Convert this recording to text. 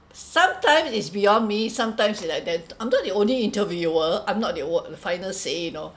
sometimes it's beyond me sometimes it's like that I'm not the only interviewer I'm not the one with the final say you know